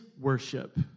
worship